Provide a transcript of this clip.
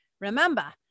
remember